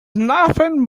nothing